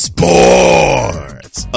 Sports